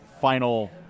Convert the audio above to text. final